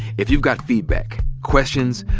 if you've got feedback, questions,